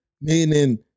meaning